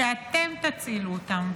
שאתם תצילו אותם.